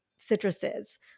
citruses